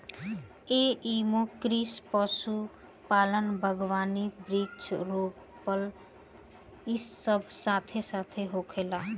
एइमे कृषि, पशुपालन, बगावानी, वृक्षा रोपण इ सब साथे साथ होखेला